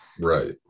right